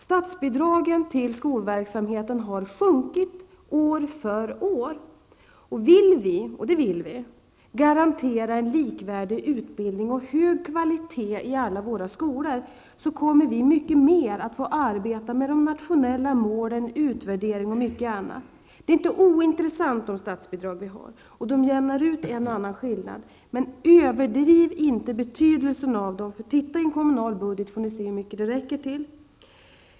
Statsbidragen till skolverksamheten har minskat år för år. Vill vi -- och det vill vi -- garantera en likvärdig utbildning av hög kvalitet i alla våra skolor, kommer vi att få arbeta mycket mer med de nationella målen, utvärdering och mycket annat. De statsbidrag som finns är inte ointressanta. De jämnar ut en och annan skillnad, men överdriv inte betydelsen av dem. Om ni tittar i en kommunal budget får ni se hur mycket de räcker till.